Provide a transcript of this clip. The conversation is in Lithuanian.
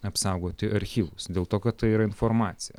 apsaugoti archyvus dėl to kad tai yra informacija